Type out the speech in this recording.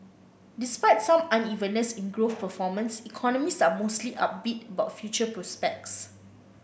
despite some unevenness in growth performance economists are mostly upbeat about future prospects